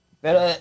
Pero